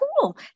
cool